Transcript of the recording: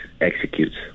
executes